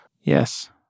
Yes